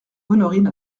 honorine